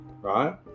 Right